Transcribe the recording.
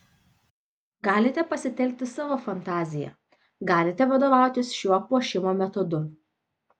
galite pasitelkti savo fantaziją galite vadovautis šiuo puošimo metodu